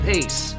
Pace